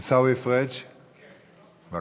עיסאווי פריג', בבקשה.